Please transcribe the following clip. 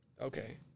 Okay